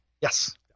Yes